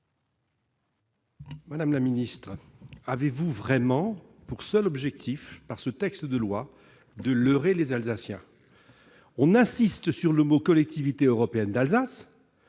Madame la ministre, avez-vous véritablement pour seul objectif, dans ce projet de loi, de leurrer les Alsaciens ? On insiste sur l'appellation « Collectivité européenne d'Alsace »,